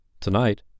Tonight